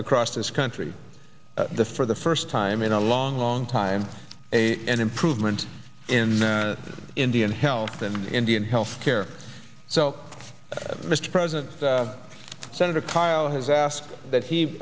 across this country the for the first time in a long long time a an improvement in the indian health and indian health care so mr president senator kyl has asked that